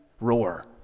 roar